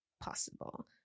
possible